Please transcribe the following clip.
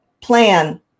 plan